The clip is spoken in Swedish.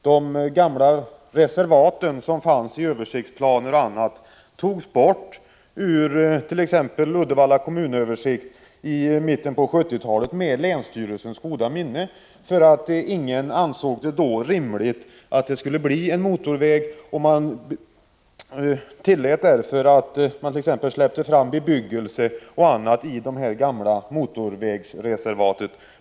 Det gamla reservat som fanns i översiktsplaner osv. togs bort ur Uddevallas kommunöversikt i mitten av 1970-talet med länsstyrelsens goda minne. Ingen ansåg det då rimligt att det skulle bli en motorväg. Man tillät därför att bebyggelse släpptes fram i det gamla motorvägsreservatet.